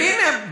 והנה,